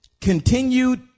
continued